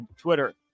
Twitter